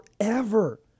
forever